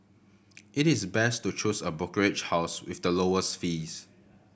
it is best to choose a brokerage house with the lowest fees